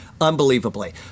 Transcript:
unbelievably